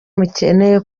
mukeneye